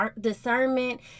discernment